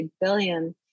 billion